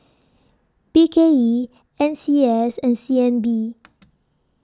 B K E N C S and C N B